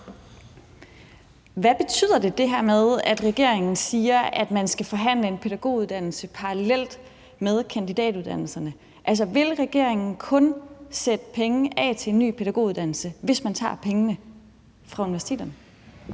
Hvad betyder det her med, at regeringen siger, at man skal forhandle en pædagoguddannelse parallelt med kandidatuddannelserne? Altså, vil regeringen kun sætte penge af til en ny pædagoguddannelse, hvis man tager pengene fra universiteterne?